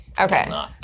okay